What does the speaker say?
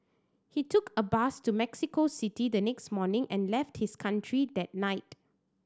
he took a bus to Mexico City the next morning and left his country that night